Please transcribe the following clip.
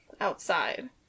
outside